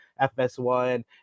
FS1